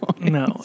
No